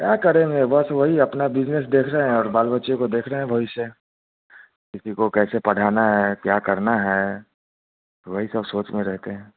क्या करेंगे बस वही अपना बिजिनेस देख रहे हैं और बाल बच्चे को देख रहे हैं भविष्य किसी को कैसे पढ़ाना है क्या करना है वही सब सोच में रहते हैं